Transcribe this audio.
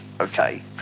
okay